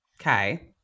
okay